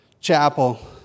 chapel